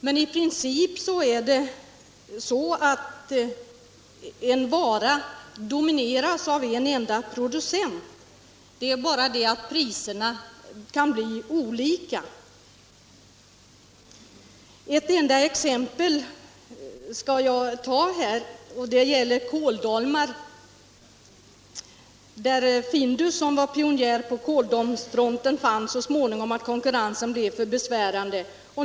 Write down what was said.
Men i princip domineras marknaden för en vara av en enda producent; det är bara det att priserna kan bli olika. Ett enda exempel skall jag ta, och det gäller kåldolmar. Findus var pionjär på kåldolmsfronten, men fann så småningom att konkurrensen blev för besvärande.